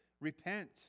Repent